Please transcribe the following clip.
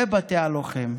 ובתי הלוחם.